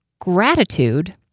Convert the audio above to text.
gratitude